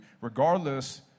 regardless